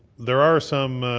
there are some,